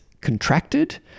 contracted